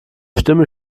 stimme